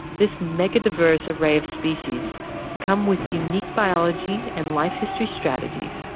this megadiverse array of species come with unique biology and life history strategies